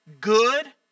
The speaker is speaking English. good